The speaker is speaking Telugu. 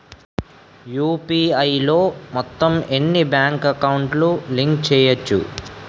యు.పి.ఐ లో మొత్తం ఎన్ని బ్యాంక్ అకౌంట్ లు లింక్ చేయచ్చు?